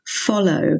follow